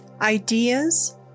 Ideas